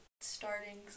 startings